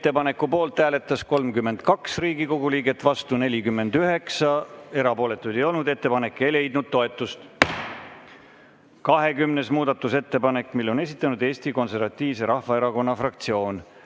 Ettepaneku poolt hääletas 32 Riigikogu liiget, vastu 49, erapooletuid ei olnud. Ettepanek ei leidnud toetust. 20. muudatusettepanek. Selle on esitanud Eesti Konservatiivse Rahvaerakonna fraktsioon.